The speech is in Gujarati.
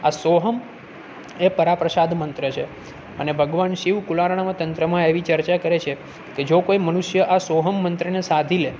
આ સોહમ એ પરા પ્રસાદ મંત્ર છે અને ભગવન શિવ કુલાણરવ તંત્રમાં એવી ચર્ચા કરે છે કે જ કોઈ મનુષ્ય આ સોહમ મંત્રને સાધી લે